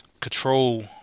control